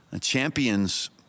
Champions